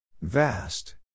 Vast